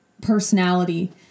personality